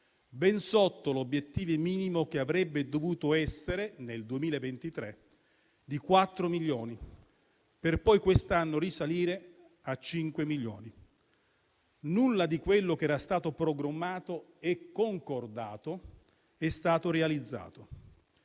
ben sotto l'obiettivo minimo che nel 2023 avrebbe dovuto essere di 4 milioni, per poi quest'anno risalire a 5 milioni. Nulla di quello che era stato programmato e concordato è stato realizzato.